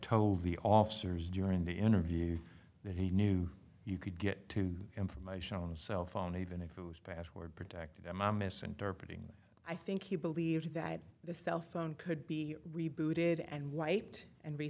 told the officers during the interview that he knew you could get to information on his cell phone even if it was password protected and i'm misinterpreting i think he believed that the cell phone could be rebooted and white and